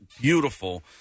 beautiful